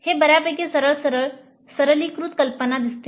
" हे बर्यापैकी सरळ सरळ सरलीकृत कल्पना दिसते